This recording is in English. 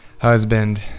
husband